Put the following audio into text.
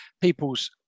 people's